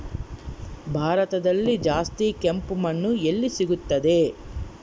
ಭಾರತದಲ್ಲಿ ಜಾಸ್ತಿ ಕೆಂಪು ಮಣ್ಣು ಎಲ್ಲಿ ಸಿಗುತ್ತದೆ?